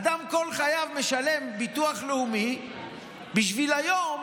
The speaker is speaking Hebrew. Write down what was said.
אדם כל חייו משלם ביטוח לאומי בשביל היום